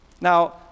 Now